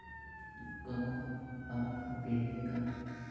ᱜᱚᱜᱚ ᱵᱟᱵᱟ ᱛᱟᱠᱚ ᱯᱤᱲᱦᱤ ᱨᱮᱫᱚ